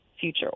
future